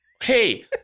Hey